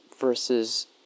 versus